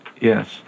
Yes